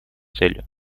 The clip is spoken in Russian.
целью